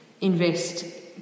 invest